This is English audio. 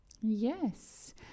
yes